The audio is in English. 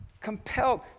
Compelled